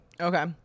Okay